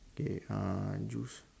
okay uh juice